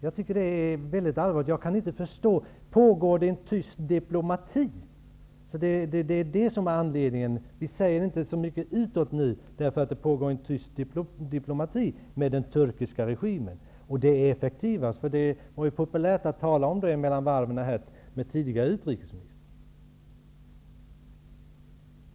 Jag tycker att det är mycket allvarligt, och jag kan inte förstå det. Är det fråga om en tyst diplomati gentemot den turkiska regimen? Är det därför att det skulle vara effektivast som vi inte säger så mycket?